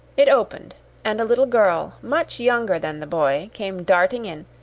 it opened and a little girl, much younger than the boy, came darting in,